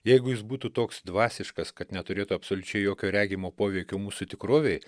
jeigu jis būtų toks dvasiškas kad neturėtų absoliučiai jokio regimo poveikio mūsų tikrovei